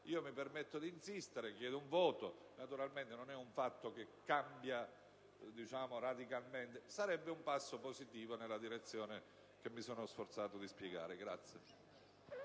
mi permetto di insistere e chiedo un voto. Naturalmente non è un fatto che cambia radicalmente le cose; sarebbe però un passo positivo nella direzione che mi sono sforzato di spiegare.